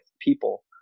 people